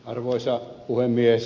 arvoisa puhemies